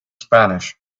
spanish